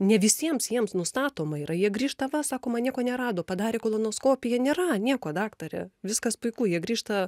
ne visiems jiems nustatoma yra jie grįžta va sako man nieko nerado padarė kolonoskopiją nėra nieko daktare viskas puiku jie grįžta